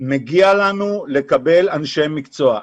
מגיע לנו לקבל אנשי מקצוע.